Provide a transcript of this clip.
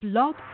Blog